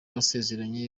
basezeranye